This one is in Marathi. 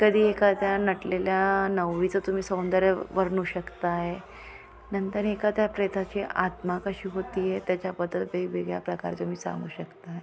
कधी एखाद्या नटलेल्या नवरीचं तुम्ही सौंदर्य वर्णू शकत आहे नंतर एखाद्या प्रेताची आत्मा कशी होत आहे त्याच्याबद्दल वेगवेगळ्या प्रकारे तुम्ही सांगू शकत आहे